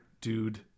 dude